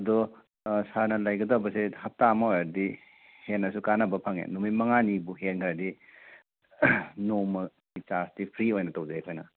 ꯑꯗꯨ ꯁꯥꯔꯅ ꯂꯩꯒꯗꯕꯁꯦ ꯍꯥꯞꯇꯥ ꯑꯃ ꯑꯣꯏꯔꯗꯤ ꯍꯦꯟꯅꯁꯨ ꯀꯥꯟꯅꯕ ꯐꯪꯉꯦ ꯅꯨꯃꯤꯠ ꯃꯉꯥꯅꯤꯕꯨ ꯍꯦꯟꯈ꯭ꯔꯗꯤ ꯅꯣꯡꯃꯒꯤ ꯆꯥꯔ꯭ꯖꯇꯤ ꯐ꯭ꯔꯤ ꯑꯣꯏꯅ ꯇꯧꯖꯩ ꯑꯩꯈꯣꯏꯅ